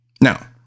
Now